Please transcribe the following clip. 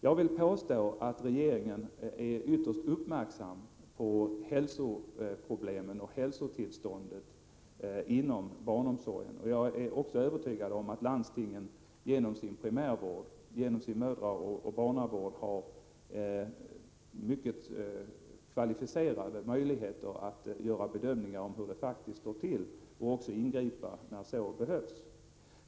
Jag vill påstå att regeringen är ytterst uppmärksam på hälsoproblemen och hälsotillståndet inom barnomsorgen. Jag är också övertygad om att landstingen genom sin primärvård, sin mödraoch barnavård, har mycket kvalificerade möjligheter att bedöma hur det faktiskt står till och också ingripa när så behövs.